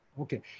Okay